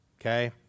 okay